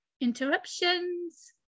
interruptions